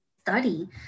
study